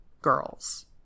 girls